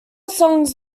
songs